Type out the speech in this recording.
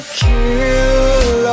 kill